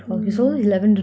mm